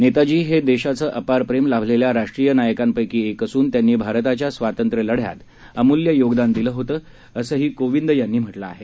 नेताजी हे देशाचं अपार प्रेम लाभलेल्या राष्ट्रीय नायकांपैकी एक असून त्यांनी भारताच्या स्वातंत्र्य लढ्यात अमूल्य योगदान दिलं होतं असंही कोविंद यांनी म्हटलं आहे